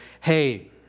hey